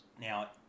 Now